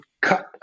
cut